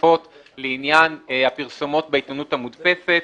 נוספות לעניין הפרסומות בעיתונות המודפסת.